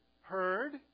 heard